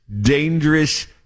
dangerous